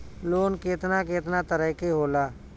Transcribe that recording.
Loan केतना केतना तरह के होला?